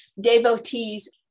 devotees